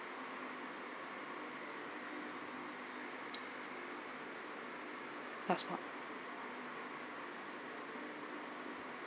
passport